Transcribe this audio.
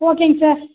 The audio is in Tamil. ஓகேங்க சார்